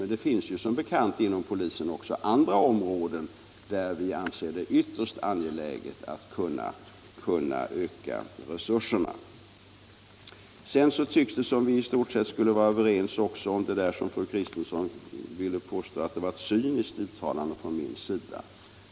Som bekant finns det dock inom polisen även andra områden där det anses ytterst angeläget att kunna öka resurserna. I övrigt tycktes vi i stort sett vara överens, även om fru Kristensson ville påstå att det var ett cyniskt uttalande av mig.